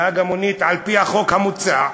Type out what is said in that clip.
נהג המונית, על-פי החוק המוצע,